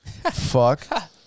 Fuck